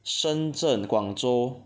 深圳广州